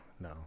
No